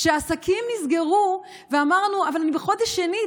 כשהעסקים נסגרו ואמרנו: אבל אני בחודש שני,